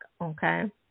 okay